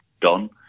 done